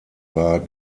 war